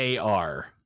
ar